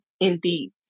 indeed